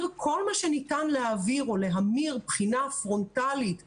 כל מה שניתן להעביר או להמיר בחינה פרונטלית בקמפוס,